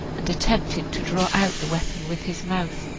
and attempted to draw out the weapon with his mouth,